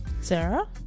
Sarah